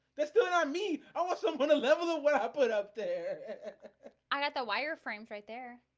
let's do it on me i want something to level the what i put up there i got the wireframes right there